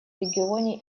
регионе